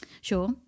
Sure